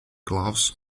gloves